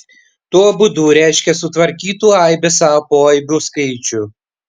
tuo būdu reiškia sutvarkytų aibės a poaibių skaičių